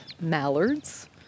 mallards